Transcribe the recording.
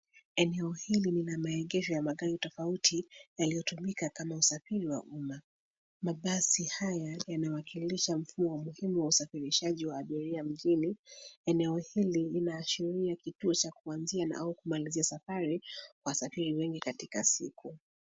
Eneo hili lina maegesho ya magari tofauti yaliyotumika kama usafiri wa umma. Mabasi haya yanawakilisha mfumo muhimu wa usafirishaji wa abiria mjini. Eneo hili linaashiria kituo cha kuanzia au kumalizia safari kwa wasifiri wengi katika siku.